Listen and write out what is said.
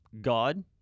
God